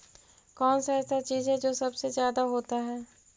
कौन सा ऐसा चीज है जो सबसे ज्यादा होता है?